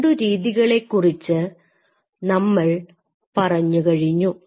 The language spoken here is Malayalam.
രണ്ടു രീതികളെ കുറിച്ച് നമ്മൾ പറഞ്ഞു കഴിഞ്ഞു